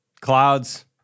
Clouds